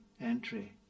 entry